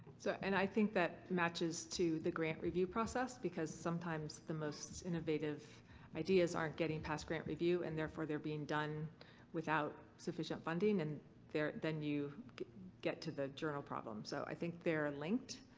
so, and i think that matches to the grant review process, because sometimes the most innovative ideas aren't getting past grant review and therefore they're being done without sufficient funding and then you get to the journal problem. so i think they're linked.